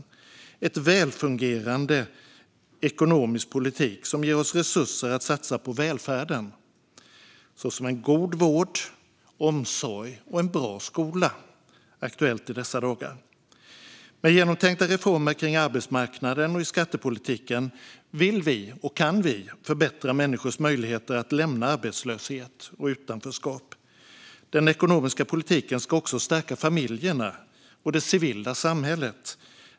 Det ska vara en välfungerande ekonomisk politik som ger oss resurser att satsa på välfärden, till exempel god vård, omsorg och en bra skola - aktuellt i dessa dagar. Med genomtänkta reformer för arbetsmarknaden och skattepolitiken vill vi, och kan vi, förbättra människors möjligheter att lämna arbetslöshet och utanförskap. Den ekonomiska politiken ska också stärka familjerna och det civila samhället.